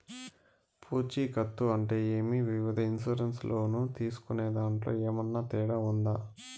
పూచికత్తు అంటే ఏమి? వివిధ ఇన్సూరెన్సు లోను తీసుకునేదాంట్లో ఏమన్నా తేడా ఉందా?